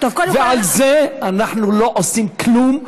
ועל זה אנחנו לא עושים כלום,